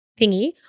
thingy